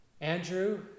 Andrew